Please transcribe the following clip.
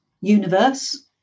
universe